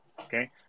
Okay